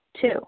Two